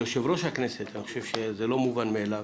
ליושב-ראש הכנסת אני חושב שזה לא מובן מאליו,